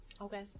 Okay